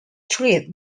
treat